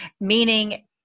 meaning